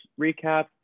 recap